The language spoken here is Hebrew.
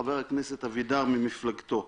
הכנסת אבידר ממפלגתו.